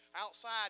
outside